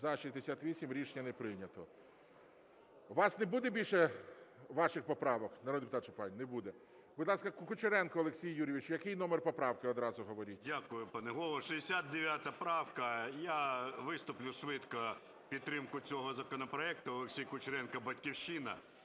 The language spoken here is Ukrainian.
За-68 Рішення не прийнято. У вас не буде більше ваших поправок, народний депутат Жупанин? Не буде. Будь ласка, Кучеренко Олексій Юрійович, який номер поправки одразу говоріть. 13:11:45 КУЧЕРЕНКО О.Ю. Дякую, пане Голово. 69 правка. Я виступлю швидко в підтримку цього законопроекту. Олексій Кучеренко, "Батьківщина".